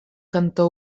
cantó